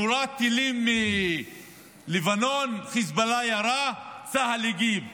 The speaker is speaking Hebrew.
נורו טילים מלבנון, חיזבאללה ירה, צה"ל הגיב.